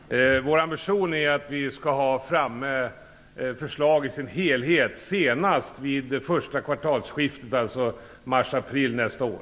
Herr talman! Vår ambition är att vi skall ha framme förslag i sin helhet senast vid första kvartalsskiftet, alltså mars-april, nästa år.